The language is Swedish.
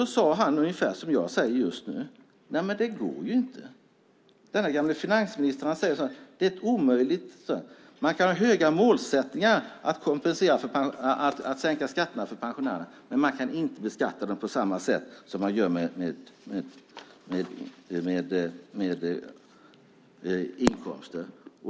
Då sade Feldt ungefär som jag säger nu: Det går inte. Den förre finansministern säger att det är omöjligt. Man kan ha höga målsättningar att sänka skatterna för pensionärer, men man kan inte beskatta pensioner på samma sätt som andra inkomster.